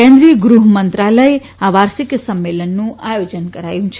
કેન્દ્રીય ગૃહ મંત્રાલય આ વાર્ષિક સંમેલનનું આયોજન કરી રહયું છે